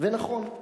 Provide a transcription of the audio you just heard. זה נכון.